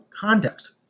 context